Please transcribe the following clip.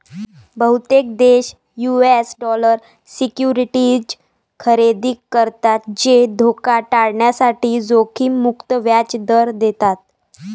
बहुतेक देश US dollar securities खरेदी करतात जे धोका टाळण्यासाठी जोखीम मुक्त व्याज दर देतात